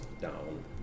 down